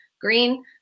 green